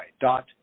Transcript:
dot